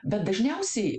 bet dažniausiai